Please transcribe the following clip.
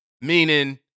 Meaning